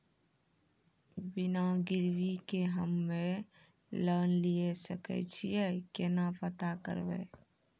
बिना गिरवी के हम्मय लोन लिये सके छियै केना पता करबै?